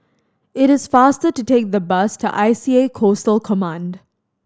it is faster to take the bus to I C A Coastal Command